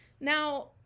Now